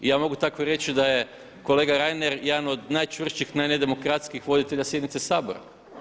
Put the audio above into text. Ja mogu tako reći da je kolega Reiner jedan od najčvršćih, najnedemokratskijih voditelja sjednice Sabora.